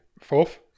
Fourth